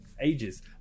ages